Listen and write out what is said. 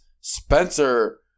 Spencer